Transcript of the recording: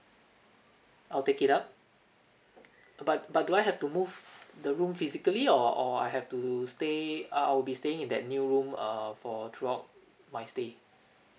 I'll take it up but but do I have to move the room physically or or I have to stay uh I'll be staying in that new room err for throughout my stay